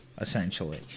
essentially